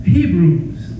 Hebrews